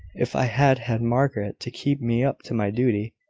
if i had had margaret to keep me up to my duty.